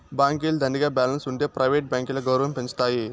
బాంకీల దండిగా బాలెన్స్ ఉంటె ప్రైవేట్ బాంకీల గౌరవం పెంచతాయి